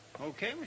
Okay